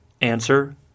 Answer